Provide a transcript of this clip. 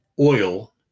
oil